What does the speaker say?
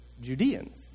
Judeans